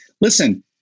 listen